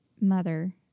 mother